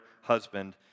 husband